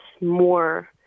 more